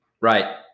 Right